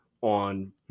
on